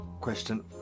Question